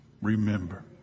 Remember